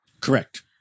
Correct